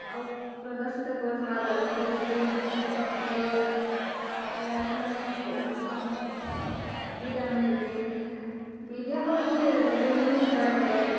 ଆଉ ପ୍ରଦର୍ଶିତ କରୁଥିବା ତା'ର ଫେସ୍ କ୍ରିମ୍ ଦିଏ ତା'ପରେ ଆମେ ମାନେ ଯେ କହୁଛୁଁ ହେଇଟା ମାନେ ଦେ ମିଡ଼ିଆ ହଉଛେ ଗୁଟେ ନ୍ୟୁଜ୍ ଟେ